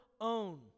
own